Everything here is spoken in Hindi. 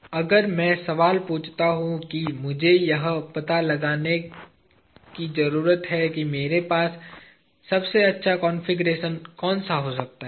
तो अगर मैं सवाल पूछता हूं की मुझे यह पता लगाने जरूरत है कि मेरे पास सबसे अच्छा कॉन्फ़िगरेशन कौन सा हो सकता है